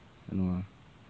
orh